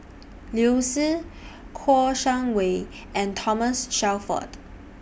Liu Si Kouo Shang Wei and Thomas Shelford